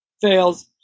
fails